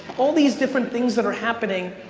all these different things that are happening,